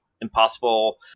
impossible